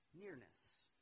nearness